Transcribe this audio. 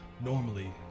Normally